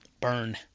burn